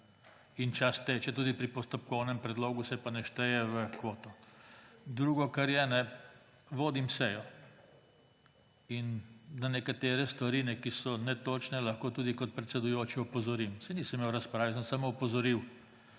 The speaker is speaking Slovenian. In čas teče tudi pri postopkovnem predlogu, se pa ne šteje v kvoto. Drugo, kar je, vodim sejo in na nekatere stvari, ki so netočne, lahko tudi kot predsedujoči opozorim. Saj nisem imel razprave, jaz sem samo opozoril,